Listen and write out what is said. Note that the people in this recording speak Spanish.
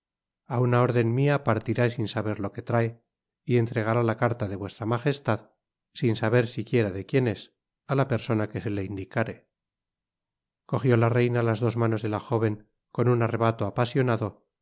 á una órden mia partirá sin saber lo que trae y entregará la carta de vuestra magestad sin saber siquiera de quien es á la persona que se le indicare cojió la reina las dos manos de la jóven con un arrebato apasionado